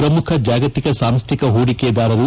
ಪ್ರಮುಖ ಜಾಗತಿಕ ಸಾಂಸ್ಥಿಕ ಹೂಡಿಕೆದಾರರು